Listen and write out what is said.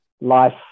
life